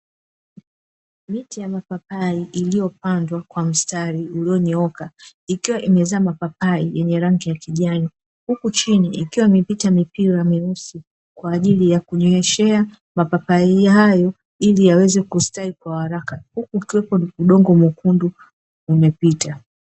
Miti ya mapapai iliyopandwa kwa mstari ulionyooka, ikiwa imezaa mapapai yenye rangi ya kijani. Huku chini ikiwa imepita mipira meusi, kwa ajili ya kunyunyizia mapapai hayo ili yaweze kustawi kwa haraka, huku udongo mwekundu umepita.